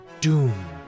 doom